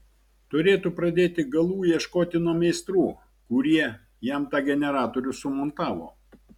turėtų pradėti galų ieškoti nuo meistrų kurie jam tą generatorių sumontavo